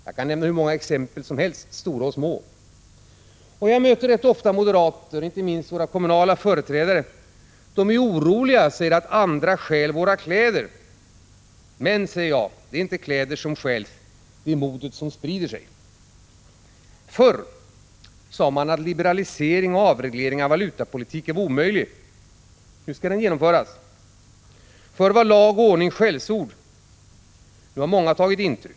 Jag kan nämna hur många exempel som helst, stora och små. Jag möter ofta moderater, inte minst våra kommunala företrädare, som är oroliga och säger att andra stjäl våra kläder. Nej, säger jag, det är inte kläder som stjäls, det är modet som sprider sig. Förr sade man att liberalisering och avreglering av valutapolitiken var omöjlig. Nu skall den genomföras. Förr var lag och ordning skällsord. Nu har många tagit intryck.